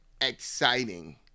exciting